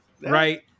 right